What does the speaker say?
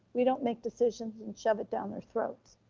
we don't make decisions and shove it down their throats.